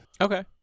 Okay